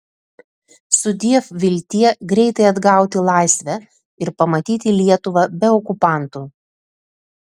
sudiev viltie greitai atgauti laisvę ir pamatyti lietuvą be okupantų